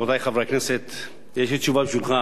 יש לי תשובה בשבילך, חבר הכנסת רוברט טיבייב: